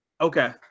okay